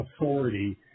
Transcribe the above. authority